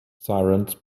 sirens